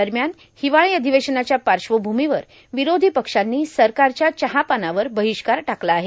दरम्यान हिवाळी र्अाधवेशनाच्या पाश्वभूमीवर पवरोधी पक्षांनी सरकारच्या चहापानावर ब्राहष्कार टाकला आहे